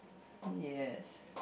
yes